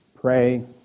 pray